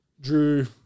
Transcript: drew